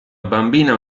bambina